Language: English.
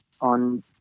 on